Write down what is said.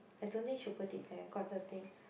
I don't think she will put it there got the thing